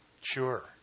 Sure